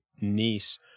niece